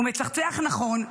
הוא מצחצח נכון,